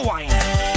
Wine